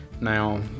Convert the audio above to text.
Now